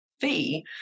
fee